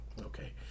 Okay